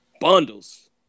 bundles